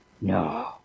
No